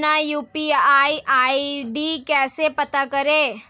अपना UPI ID कैसे पता करें?